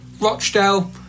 Rochdale